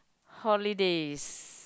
holidays